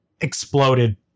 exploded